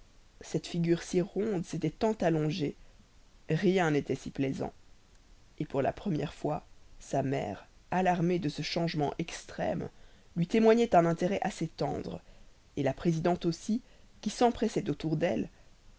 cette figure si ronde s'était tant allongée rien n'était si plaisant et pour la première fois sa mère alarmée de ce changement extrême lui témoignait un intérêt assez tendre la présidente aussi qui s'empressait autour d'elle